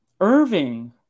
Irving